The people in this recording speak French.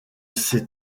ces